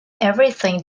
everything